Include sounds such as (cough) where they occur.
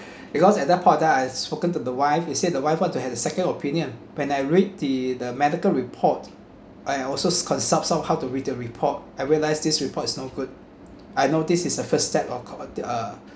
(breath) because at that point of time I spoken to the wife he said the wife want to have a second opinion when I read the the medical report I also consult some how to read the report I realise this report is no good I noticed is a first step of co~ the uh